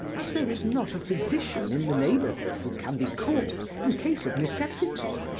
as there is not a physician in the neighborhood who can be called, in case of necessity,